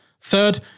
third